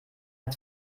hat